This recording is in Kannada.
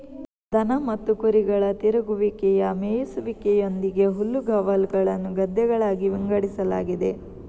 ದನ ಮತ್ತು ಕುರಿಗಳ ತಿರುಗುವಿಕೆಯ ಮೇಯಿಸುವಿಕೆಯೊಂದಿಗೆ ಹುಲ್ಲುಗಾವಲುಗಳನ್ನು ಗದ್ದೆಗಳಾಗಿ ವಿಂಗಡಿಸಲಾಗಿದೆ